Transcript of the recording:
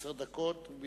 עשר דקות.